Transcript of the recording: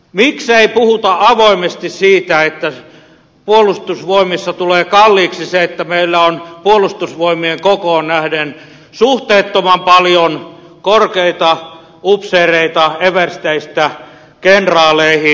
miksei puhuta avoimesti siitä että puolustusvoimissa tulee kalliiksi se että meillä on puolustusvoimien kokoon nähden suhteettoman paljon korkeita upseereita eversteistä kenraaleihin